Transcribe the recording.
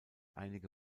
einige